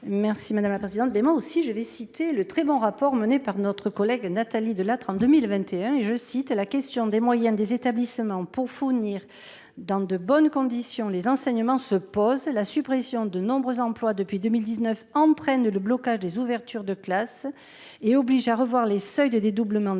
n° II 232. Je citerai, moi aussi, le très bon rapport d’information de notre collègue Nathalie Delattre, en 2021 :« La question des moyens des établissements pour fournir dans de bonnes conditions les enseignements se pose. La suppression de nombreux emplois depuis 2019 entraîne le blocage des ouvertures de classes et oblige à revoir les seuils de dédoublement des classes.